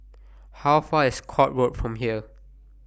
How Far IS Court Road from here